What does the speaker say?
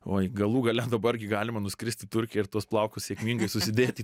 oi galų gale dabar gi galima nuskristi į turkiją ir tuos plaukus sėkmingai susidėti į